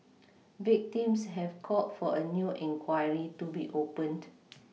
victims have called for a new inquiry to be opened